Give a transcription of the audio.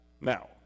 now